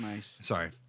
Sorry